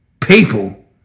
people